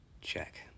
check